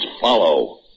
follow